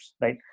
right